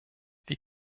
wir